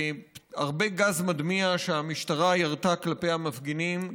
בהרבה גז מדמיע שהמשטרה ירתה כלפי המפגינים,